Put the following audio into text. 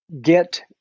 get